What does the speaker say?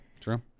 true